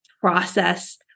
process